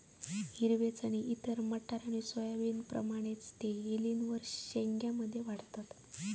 हिरवे चणे इतर मटार आणि सोयाबीनप्रमाणे ते वेलींवर शेंग्या मध्ये वाढतत